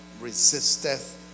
resisteth